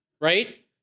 right